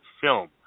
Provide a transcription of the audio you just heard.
film